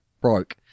broke